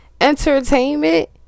entertainment